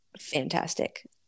fantastic